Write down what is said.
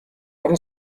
орон